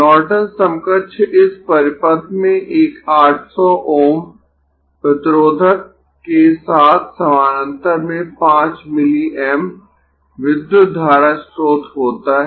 Norton समकक्ष इस परिपथ में एक 800 Ω प्रतिरोधक के साथ समानांतर में 5 मिलीएम्प विद्युत धारा स्रोत होता है